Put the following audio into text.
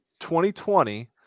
2020